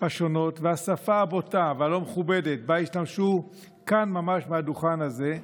השונות והשפה הבוטה והלא-מכובדת שבה השתמשו כאן ממש מהדוכן הזה,